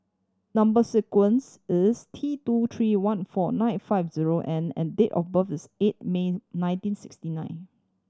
number sequence is T two three one four nine five zero N and date of birth is eight May nineteen sixty nine